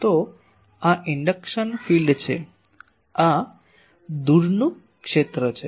તો આ induction field છે આ દૂરનું ક્ષેત્ર છે